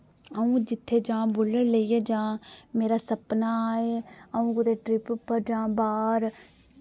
अ'ऊं जित्थै जां बुल्लट लेइयै जां मेरा सपना ऐ अ'ऊं कुतै ट्रिप उप्पर जां बाह्र